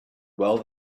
well